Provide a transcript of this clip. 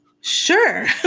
sure